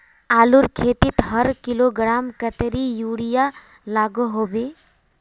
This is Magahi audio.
आलूर खेतीत हर किलोग्राम कतेरी यूरिया लागोहो होबे?